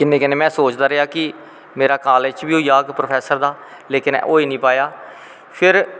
कन्नैं कन्नैं में सोचदा रेहा कि मेरा कालेज़ च बी होई जाह्ग प्रौफैसर दा लेकिन होई नी पाया फिर